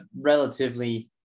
relatively